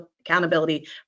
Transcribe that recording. accountability